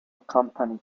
company